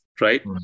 right